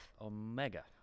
Omega